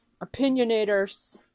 opinionators